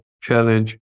challenge